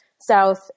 South